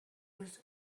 روز